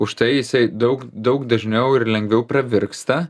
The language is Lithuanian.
užtai jisai daug daug dažniau ir lengviau pravirksta